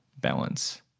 balance